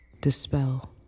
Dispel